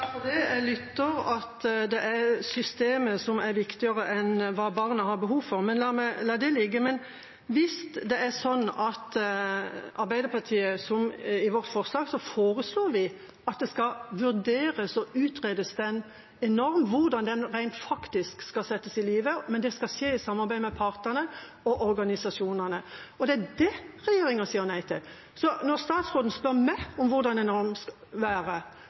Jeg hører at systemet er viktigere enn hva barna har behov for, men la det ligge. I vårt forslag foreslår vi at det skal vurderes og utredes en norm, hvordan den rent faktisk skal settes ut i livet, men det skal skje i samarbeid med partene og organisasjonene. Det er det regjeringa sier nei til. Når statsråden spør meg om hvordan en norm skal være,